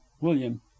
william